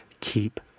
keep